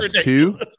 two